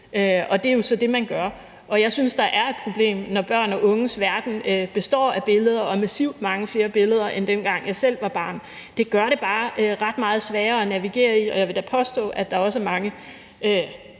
og det er jo så det, man gør, og jeg synes, der er et problem, når børn og unges verden består af billeder og massivt mange flere billeder, end dengang jeg selv var barn. Det gør det bare ret meget sværere at navigere i, og jeg vil da påstå, at der også er mange